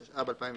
התשע"ב-2012,